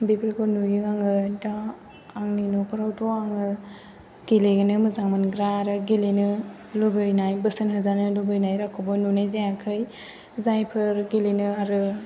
बेफोरखौ नुयो आङो दा आंनि नखरावथ' आङो गेलेनो मोजां मोनग्रा आरो गेलेनो लुबैनाय बोसोन होजानो लुबैनाय रावखौबो नुनाय जायाखै जायफोर गेलेनो आरो